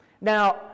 Now